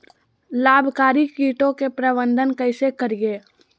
लाभकारी कीटों के प्रबंधन कैसे करीये?